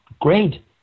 great